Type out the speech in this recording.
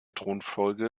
thronfolge